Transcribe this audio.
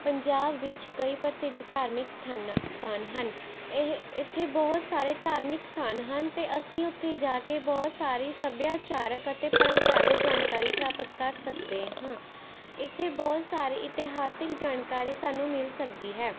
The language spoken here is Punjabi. ਪੰਜਾਬ ਵਿੱਚ ਕਈ ਪ੍ਰਸਿੱਧ ਧਾਰਮਿਕ ਸਥਾਨਾਂ ਸਥਾਨ ਹਨ ਇਹ ਇੱਥੇ ਬਹੁਤ ਸਾਰੇ ਧਾਰਮਿਕ ਸਥਾਨ ਹਨ ਅਤੇ ਅਸੀਂ ਉੱਥੇ ਜਾ ਕੇ ਬਹੁਤ ਸਾਰੀ ਸੱਭਿਆਚਾਰਕ ਅਤੇ ਪਰੰਪਰਾਗਤ ਜਾਣਕਾਰੀ ਪ੍ਰਾਪਤ ਕਰ ਸਕਦੇ ਹਾਂ ਇੱਥੇ ਬਹੁਤ ਸਾਰੀ ਇਤਿਹਾਸਕ ਜਾਣਕਾਰੀ ਸਾਨੂੰ ਮਿਲ ਸਕਦੀ ਹੈ